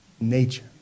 Nature